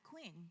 queen